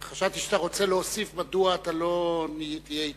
חשבתי שאתה רוצה להוסיף מדוע אתה לא תהיה אתם.